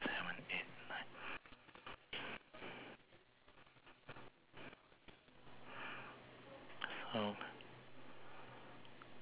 the sign south pavilion paul paul simon tribute